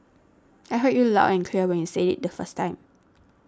I heard you loud and clear when you said it the first time